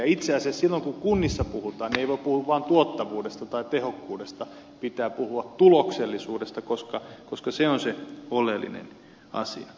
ja itse asiassa silloin kun kunnissa puhutaan niin ei voi puhua vain tuottavuudesta tai tehokkuudesta pitää puhua tuloksellisuudesta koska se on se oleellinen asia